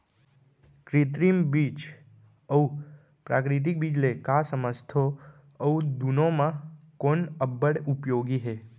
कृत्रिम बीज अऊ प्राकृतिक बीज ले का समझथो अऊ दुनो म कोन अब्बड़ उपयोगी हे?